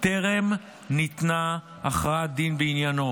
טרם ניתנה הכרעת דין בעניינו,